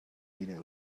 hidden